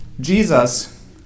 Jesus